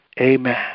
Amen